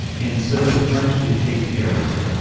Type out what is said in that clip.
and so the french did take care of it,